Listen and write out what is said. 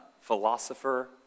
philosopher